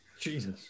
Jesus